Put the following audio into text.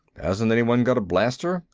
hasn't anyone got a blaster?